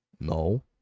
No